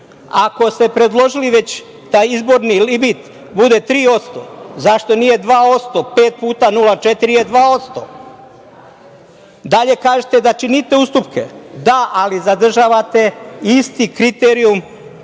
Ako ste predložili već da taj izborni limit bude 3%, zašto nije 2%? Pet puta 0,4 je 2%.Dalje, kažete da činite ustupke. Da, ali zadržavate isti kriterijum